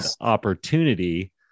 opportunity